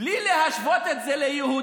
בלי להשוות את זה ליהודים,